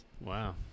Wow